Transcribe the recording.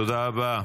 תודה רבה.